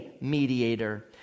mediator